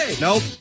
Nope